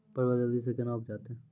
परवल जल्दी से के ना उपजाते?